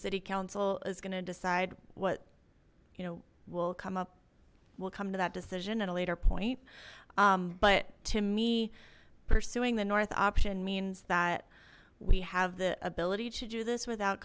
city council is going to decide what you know will come up we'll come to that decision at a later point but to me pursuing the north option means that we have the ability to do this without